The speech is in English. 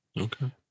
Okay